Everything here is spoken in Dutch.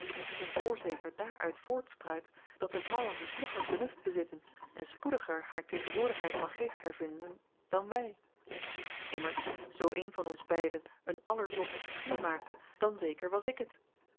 t geen voorzeker daaruit voortspruit dat de vrouwen een vlugger vernuft bezitten en spoediger haar tegenwoordigheid van geest hervinden dan wij immers zoo een van ons beiden een allerzotst figuur maakte dan zeker was ik het